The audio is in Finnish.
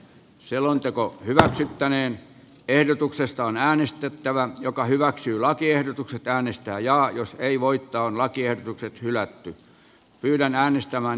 selonteko hyväksyttäneen ehdotuksesta on äänestettävä joka hyväksyy lakiehdotukset äänestää jaa jos ei voittoon lakiehdotukset hylätty yhden äänestämän